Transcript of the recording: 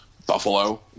Buffalo